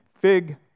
fig